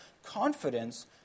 Confidence